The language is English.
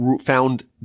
found